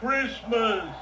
Christmas